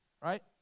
right